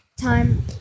Time